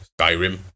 skyrim